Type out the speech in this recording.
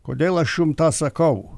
kodėl aš jum tą sakau